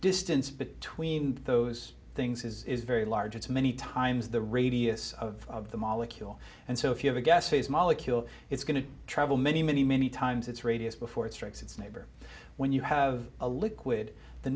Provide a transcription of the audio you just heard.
distance between those things is very large it's many times the radius of the molecule and so if you have a gaseous molecule it's going to travel many many many times its radius before it strikes its neighbor when you have a liquid the